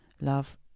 Love